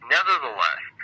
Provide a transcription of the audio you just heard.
Nevertheless